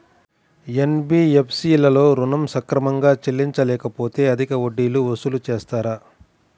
NBFC లలో ఋణం సక్రమంగా చెల్లించలేకపోతె అధిక వడ్డీలు వసూలు చేస్తారా?